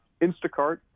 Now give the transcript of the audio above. Instacart